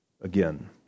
again